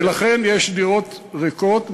ולכן יש דירות ריקות.